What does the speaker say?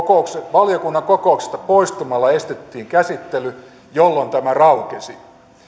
valiokunnan kokouksesta poistumalla estettiin käsittely jolloin tämä raukesi